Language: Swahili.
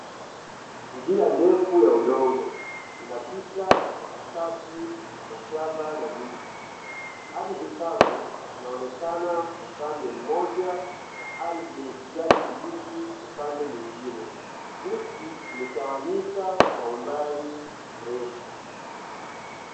Njia ndefu ya udongo inapita katikati ya mashamba na miti .Ardhi kavu inaonekana upande mmoja na ardhi yenye kijani kibichi upande mwingine. Miti imetawanika kwa umbali mrefu.